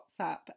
whatsapp